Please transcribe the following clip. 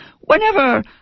Whenever